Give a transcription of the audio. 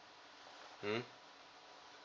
mm